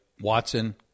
Watson